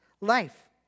life